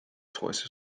twice